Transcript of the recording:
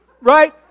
right